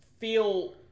feel